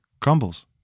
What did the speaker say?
crumbles